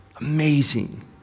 amazing